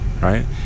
right